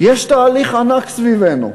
יש תהליך ענק סביבנו.